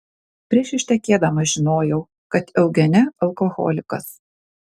prieš ištekėdama žinojau kad eugene alkoholikas